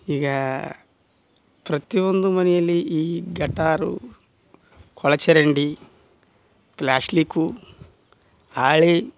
ಈಗ ಪ್ರತಿ ಒಂದು ಮನೆಯಲ್ಲಿ ಈ ಗಟಾರ ಒಳ ಚರಂಡಿ ಪ್ಲಾಸ್ಟ್ಲಿಕು ಹಾಳಿ